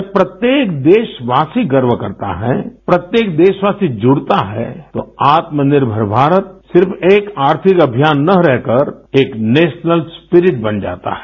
जब प्रत्येक देशवासी गर्व करता है प्रत्येक देशवासी जुड़ता है तो आत्मनिर्भर भारत सिर्फ एक आर्थिक अभियान न रहकर एक नेशनल स्प्रिट बन जाता है